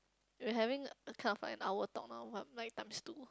we're having a kind of like an hour talk now but like times two